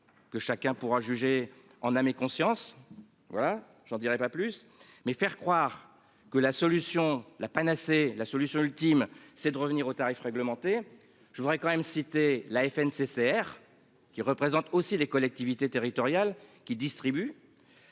que chacun pourra juger en âme et conscience. Voilà j'en dirai pas plus, mais faire croire que la solution la panacée. La solution ultime, c'est de revenir aux tarifs réglementés. Je voudrais quand même cité la Fnccr qui représente aussi les collectivités territoriales qui distribue.--